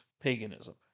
paganism